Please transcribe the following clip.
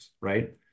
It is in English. right